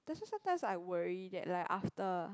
that's why sometimes I worry that like after